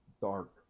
dark